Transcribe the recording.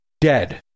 dead